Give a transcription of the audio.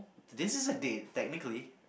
this is a date technically